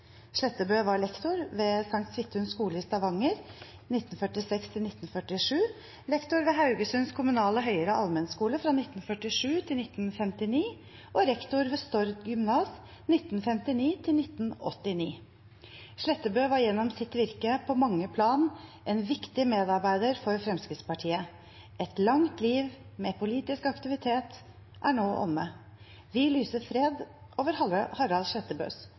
Slettebø var lektor ved St. Svithuns skole i Stavanger i perioden 1946 til 1947, lektor ved Haugesunds kommunale høyere allmennskole fra 1947 til 1959 og rektor ved Stord gymnas fra 1959 til 1989. Slettebø var gjennom sitt virke på mange plan en viktig medarbeider for Fremskrittspartiet. Et langt liv med politisk aktivitet er nå omme. Vi lyser fred over